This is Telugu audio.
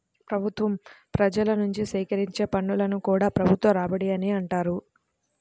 ప్రభుత్వం ప్రజల నుంచి సేకరించే పన్నులను కూడా ప్రభుత్వ రాబడి అనే అంటారు